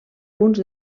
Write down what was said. punts